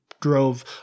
drove